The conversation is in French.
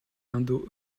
indo